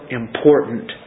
important